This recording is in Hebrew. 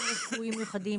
רפואיים מיוחד,